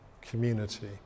community